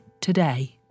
today